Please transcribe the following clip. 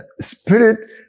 spirit